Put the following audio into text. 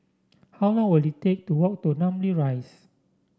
how long will it take to walk to Namly Rise